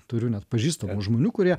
turiu net pažįstamų žmonių kurie